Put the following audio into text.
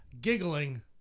giggling